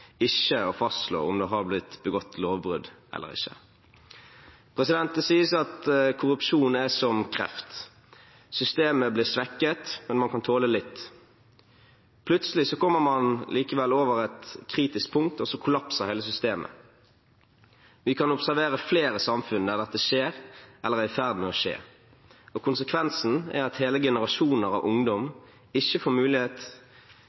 ikke å fastslå om det har blitt begått lovbrudd eller ikke. Det sies at korrupsjon er som kreft: Systemet blir svekket, men man kan tåle litt. Plutselig kommer man likevel over et kritisk punkt, og så kollapser hele systemet. Vi kan observere flere samfunn der dette skjer, eller er i ferd med å skje. Konsekvensen er at hele generasjoner av ungdom ikke får